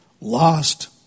lost